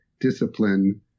discipline